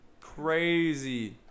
Crazy